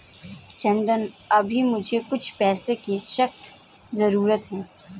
चंदन अभी मुझे कुछ पैसों की सख्त जरूरत है